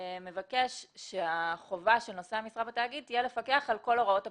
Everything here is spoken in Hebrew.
מבקש שהחובה של נושא משרה בתאגיד תהיה לפקח על כל הוראות הפקודה.